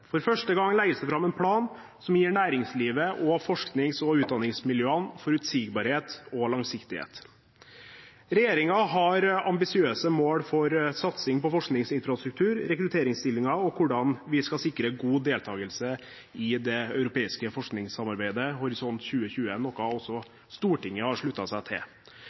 For første gang legges det fram en plan som gir næringslivet og forsknings- og utdanningsmiljøene forutsigbarhet og langsiktighet. Regjeringen har ambisiøse mål for satsing på forskningsinfrastruktur, rekrutteringsstillinger og hvordan vi skal sikre god deltagelse i det europeiske forskningssamarbeidet Horisont 2020, noe også Stortinget har sluttet seg til.